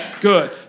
Good